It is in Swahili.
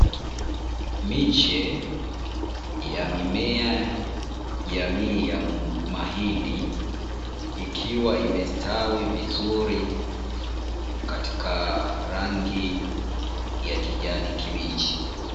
Miche ya mimea jamii ya mahindi, ikiwa imestawi vizuri katika rangi ya kijani kibichi.